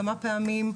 כמה פעמים,